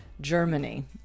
Germany